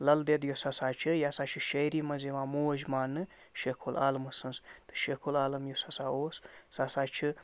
لَل دٮ۪د یۄس ہسا چھِ یہِ ہسا چھِ شٲعری منٛز یِوان موج مانٛنہٕ شیخ العالمہٕ سٕنٛز تہٕ شیخ العالم یُس ہسا اوس سُہ ہسا چھِ